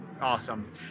awesome